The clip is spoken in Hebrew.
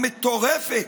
המטורפת,